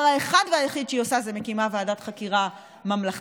האחד והיחיד שהיא עושה זה מקימה ועדת חקירה ממלכתית.